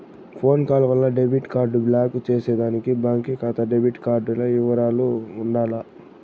phone call వల్ల debit card block చేసేదానికి బాంకీ కాతా డెబిట్ కార్డుల ఇవరాలు ఉండాల